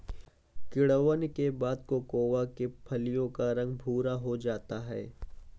किण्वन के बाद कोकोआ के फलियों का रंग भुरा हो जाता है